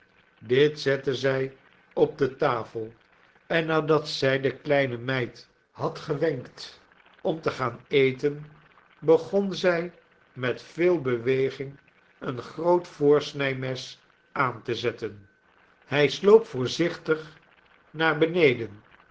dit zette zij op de tafel en nadat zij de kleine meid had gewenkt om te gaan eten begon zij met veel beweging een groot voorsnijmes aan te zetten hij sloop voorzichtig naar beneden